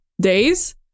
days